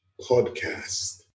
podcast